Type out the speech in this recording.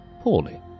poorly